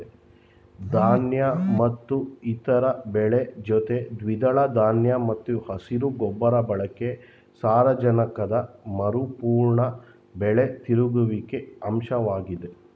ಧಾನ್ಯ ಮತ್ತು ಇತರ ಬೆಳೆ ಜೊತೆ ದ್ವಿದಳ ಧಾನ್ಯ ಮತ್ತು ಹಸಿರು ಗೊಬ್ಬರ ಬಳಕೆ ಸಾರಜನಕದ ಮರುಪೂರಣ ಬೆಳೆ ತಿರುಗುವಿಕೆಯ ಅಂಶವಾಗಿದೆ